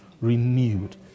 Renewed